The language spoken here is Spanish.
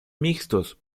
mixtos